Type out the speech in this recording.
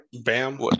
Bam